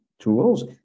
tools